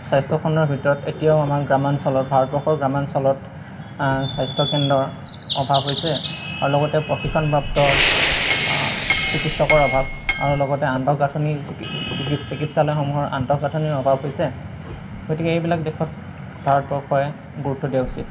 স্বাস্থ্যখণ্ডৰ ভিতৰত এতিয়াও আমাৰ গ্ৰামাঞ্চলত ভাৰতবৰ্ষৰ গ্ৰামাঞ্চলত স্বাস্থ্যকেন্দ্ৰৰ অভাৱ হৈছে আৰু লগতে প্ৰশিক্ষণপ্ৰাপ্ত চিকিৎসকৰ অভাৱ আৰু লগতে আন্তঃগাঁথনি চিকিৎসালয়সমূহৰ আন্তঃগাঁথনিৰ অভাৱ হৈছে গতিকে এইবিলাক দিশত ভাৰতবৰ্ষয়ে গুৰুত্ব দিয়া উচিত